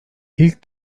i̇lk